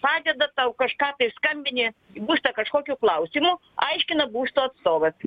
padeda tau kažką tai skambini būstą kažkokiu klausimu aiškina būsto atstovas